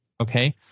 Okay